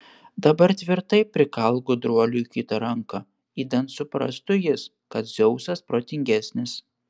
dabar tvirtai prikalk gudruoliui kitą ranką idant suprastų jis kad dzeusas protingesnis